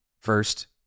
First